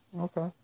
Okay